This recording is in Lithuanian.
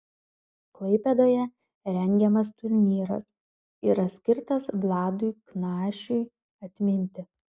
klaipėdoje rengiamas turnyras yra skirtas vladui knašiui atminti